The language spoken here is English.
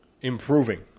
improving